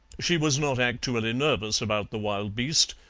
she was not actually nervous about the wild beast,